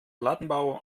plattenbau